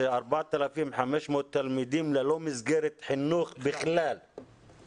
זה 4,500 תלמידים ללא מסגרת חינוך בכלל,